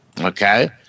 Okay